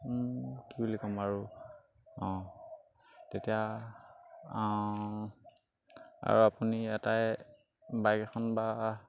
কি বুলি ক'ম আৰু অঁ তেতিয়া আৰু আপুনি এটাই বাইক এখন বা